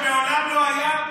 שבתי החולים בעומס שמעולם לא היה,